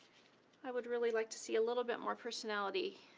i would really like to see a little bit more personality